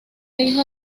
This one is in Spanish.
hijo